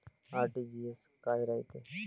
RTGS काय रायते?